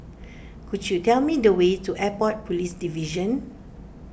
could you tell me the way to Airport Police Division